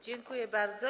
Dziękuję bardzo.